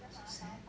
so sad